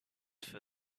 for